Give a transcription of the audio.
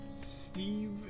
Steve